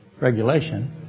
regulation